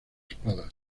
espada